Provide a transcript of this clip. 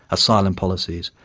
asylum policies,